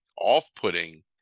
off-putting